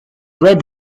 red